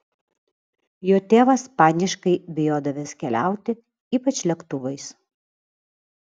jo tėvas paniškai bijodavęs keliauti ypač lėktuvais